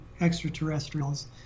extraterrestrials